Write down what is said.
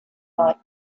like